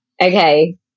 okay